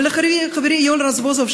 ולחברי יואל רזבוזוב,